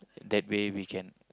that way we can